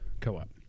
co-op